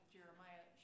Jeremiah